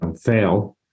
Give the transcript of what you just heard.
fail